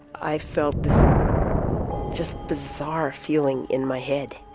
i felt this just bizarre feeling in my head.